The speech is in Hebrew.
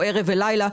או ערב ולילה.